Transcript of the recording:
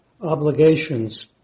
obligations